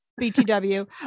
btw